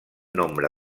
nombre